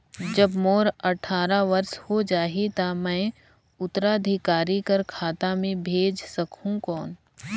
जब मोर अट्ठारह वर्ष हो जाहि ता मैं उत्तराधिकारी कर खाता मे भेज सकहुं कौन?